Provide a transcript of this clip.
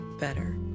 better